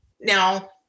Now